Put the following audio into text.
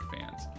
fans